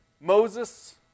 Moses